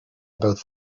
about